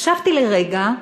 חשבתי לרגע,